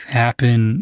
happen